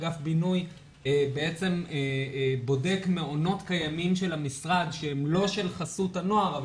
אגף הבינוי בודק מעונות קיימים של המשרד שהם לא של חסות הנוער,